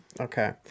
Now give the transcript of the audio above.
Okay